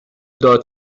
داد